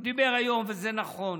הוא דיבר היום, וזה נכון: